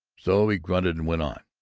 so he grunted and went on.